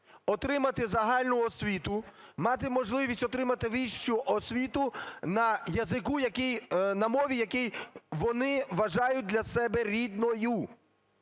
отримати загальну освіту, мати можливість отримати вищу освіту на язику, який… на мові, якій вони вважають для себе рідною.